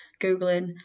Googling